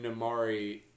Namari